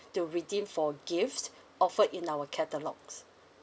to redeem for gifts offered in our catalogues